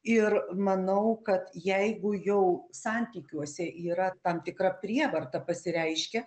ir manau kad jeigu jau santykiuose yra tam tikra prievarta pasireiškia